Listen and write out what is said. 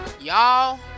Y'all